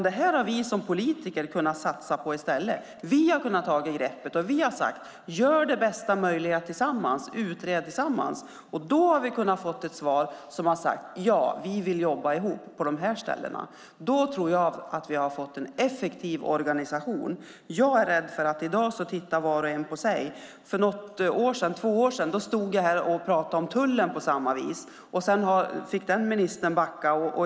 Det här har vi politiker kunnat satsa på i stället. Vi har sagt: Gör det bästa möjliga tillsammans. Utred tillsammans. Då har vi fått svaret att man vill jobba ihop på vissa ställen, och då har vi fått en effektiv organisation. I dag tittar var och en på sig själv. För två år sedan pratade jag om tullen på samma sätt. Sedan fick den ministern backa.